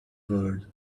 world